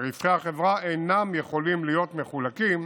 ורווחי החברה אינם יכולים להיות מחולקים